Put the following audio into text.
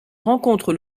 rencontre